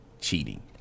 cheating